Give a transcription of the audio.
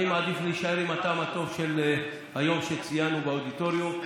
אני מעדיף להישאר עם הטעם הטוב של היום שציינו באודיטוריום.